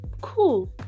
cool